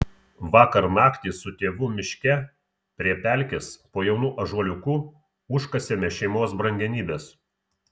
vakar naktį su tėvu miške prie pelkės po jaunu ąžuoliuku užkasėme šeimos brangenybes